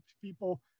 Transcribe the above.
people